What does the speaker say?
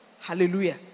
Hallelujah